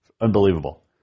unbelievable